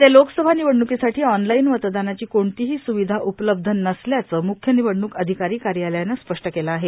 येत्या लोकसभा निवडण्कीसाठी ऑनलाईन मतदानाची कोणतीही सूविधा उपलब्ध नसल्याचं मृख्य निवडणूक अधिकारी कार्यालयानं स्पष्ट केलं आहे